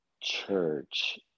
church